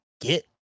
get